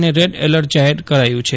અને red alert જાહેર કરાયું છે